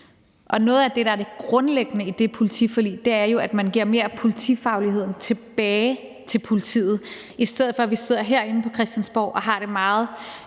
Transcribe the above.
Noget af det grundlæggende i det politiforlig er jo, at man giver mere af politifagligheden tilbage til politiet, i stedet for at vi herinde på Christiansborg sidder og er meget